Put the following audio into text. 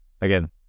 Again